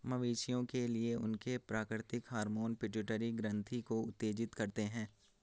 मवेशियों के लिए, उनके प्राकृतिक हार्मोन पिट्यूटरी ग्रंथि को उत्तेजित करते हैं